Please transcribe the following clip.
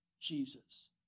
Jesus